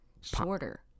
shorter